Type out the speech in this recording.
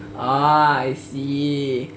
ah I see